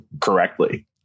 correctly